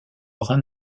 brun